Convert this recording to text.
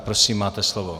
Prosím máte slovo.